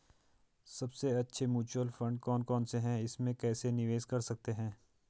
सबसे अच्छे mutual fund कौन कौनसे हैं इसमें कैसे निवेश कर सकते हैं?